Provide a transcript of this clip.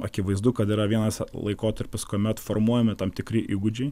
akivaizdu kad yra vienas laikotarpis kuomet formuojami tam tikri įgūdžiai